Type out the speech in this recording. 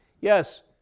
Yes